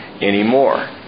anymore